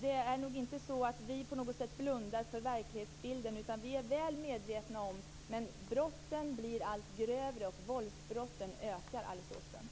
Det är nog inte så att vi på något sätt blundar för verklighetsbilden, utan vi är mycket väl medvetna om den, men brotten blir allt grövre, och våldsbrotten ökar, Alice Åström.